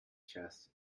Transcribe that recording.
chests